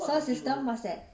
SIRS system what's that